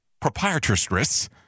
Proprietress